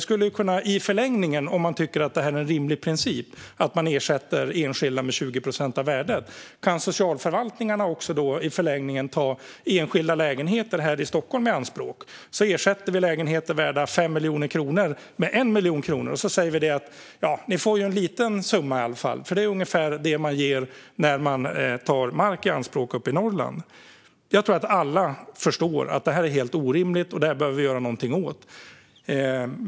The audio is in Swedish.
Om man tycker att det är en rimlig princip att ersätta enskilda med 20 procent av värdet skulle ju socialförvaltningarna i förlängningen ta enskilda lägenheter här i Stockholm i anspråk. De kan då ersätta lägenheter värda 5 miljoner kronor med 1 miljon kronor och säga att man ändå får en liten summa. Detta är ungefär vad man ger när man tar mark i anspråk uppe i Norrland. Jag tror att alla förstår att detta är helt orimligt och att vi behöver göra något åt det.